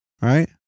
Right